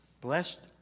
Blessed